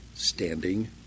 Standing